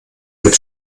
mit